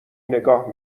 نگاه